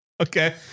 Okay